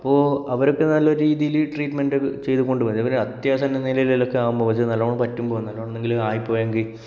അപ്പോൾ അവരൊക്കെ നല്ല രീതിയില് ട്രീറ്റ്മെൻറ് ചെയ്ത്കൊണ്ട് അതേപോലെ അത്യാസന്ന നിലയിലൊക്കെ ആകുമ്പോൾ പക്ഷെ നല്ലോണം പറ്റുമ്പോൾ നല്ലോണം എന്തെങ്കിലും ആയി പോയെങ്കിൽ